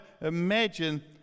imagine